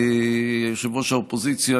יושב-ראש האופוזיציה,